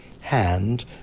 hand